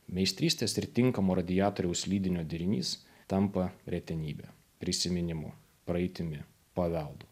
meistrystės ir tinkamo radiatoriaus lydinio derinys tampa retenybe prisiminimų praeitimi paveldu